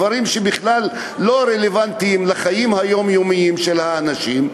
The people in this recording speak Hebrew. דברים שבכלל לא רלוונטיים לחיים היומיומיים של האנשים.